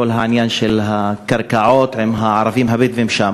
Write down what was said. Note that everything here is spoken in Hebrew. כל העניין של הקרקעות עם הערבים הבדואים שם,